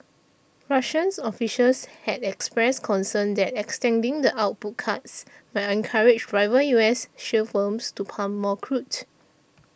Russian officials had expressed concern that extending the output cuts might encourage rival U S shale firms to pump more crude